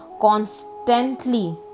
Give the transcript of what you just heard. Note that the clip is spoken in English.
constantly